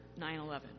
9-11